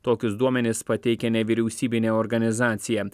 tokius duomenis pateikė nevyriausybinė organizacija